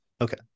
Okay